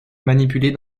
manipuler